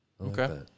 Okay